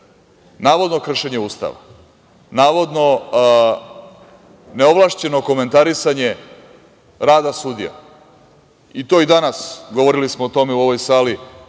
Navodno, kršenje Ustava. Navodno, neovlašćeno komentarisanje rada sudija, i to i danas, govorilo smo u ovoj sali,